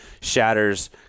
Shatters